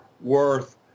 Worth